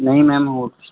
ਨਹੀਂ ਮੈਮ ਹੋਰ ਕੁਝ ਨੀ